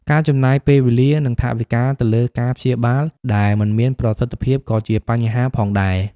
ការចំណាយពេលវេលា និងថវិកាទៅលើការព្យាបាលដែលមិនមានប្រសិទ្ធភាពក៏ជាបញ្ហាផងដែរ។